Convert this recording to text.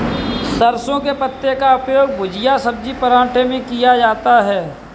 सरसों के पत्ते का उपयोग भुजिया सब्जी पराठे में किया जाता है